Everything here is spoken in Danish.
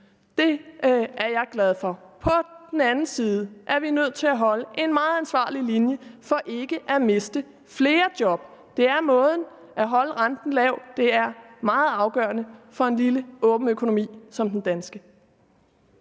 Det er jeg glad for. På den anden side er vi nødt til at holde en meget ansvarlig linje for ikke at miste flere job. Måden er at holde renten lav, det er meget afgørende for en lille, åben økonomi som den danske.